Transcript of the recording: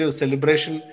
celebration